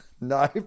no